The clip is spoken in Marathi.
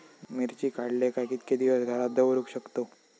मिर्ची काडले काय कीतके दिवस घरात दवरुक शकतू?